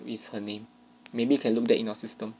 is her name maybe you can look that in your system